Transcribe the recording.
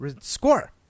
score